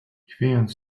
chwiejąc